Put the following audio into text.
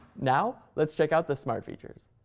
now let's check out the smart features.